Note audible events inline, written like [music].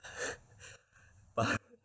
[laughs] but